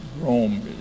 rome